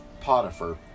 Potiphar